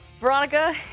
Veronica